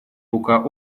рука